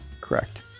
Correct